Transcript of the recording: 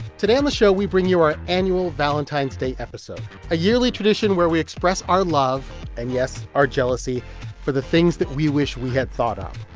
today on the show, we bring you our annual valentine's day episode a yearly tradition where we express our love and, yes, our jealousy for the things that we wish we had thought of.